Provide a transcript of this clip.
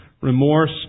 remorse